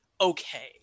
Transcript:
okay